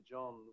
John